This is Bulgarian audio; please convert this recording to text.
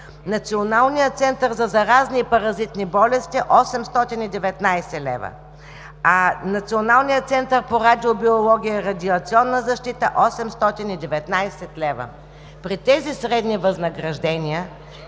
Националния център за заразни и паразитни болести – 819 лв.; Националния център по радиобиология и радиационна защита – 819 лв. При тези средни възнаграждения